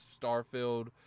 Starfield